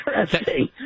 interesting